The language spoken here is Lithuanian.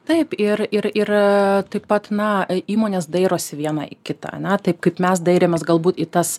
taip ir ir ir taip pat na įmonės dairosi viena į kitąane taip kaip mes dairėmės galbūt į tas